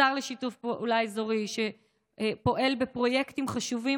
השר לשיתוף פעולה אזורי פועל בפרויקטים חשובים